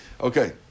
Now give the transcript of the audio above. okay